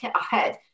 ahead